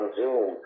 zoom